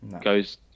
goes